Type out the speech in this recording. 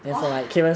!wah!